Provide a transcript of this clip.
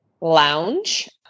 Lounge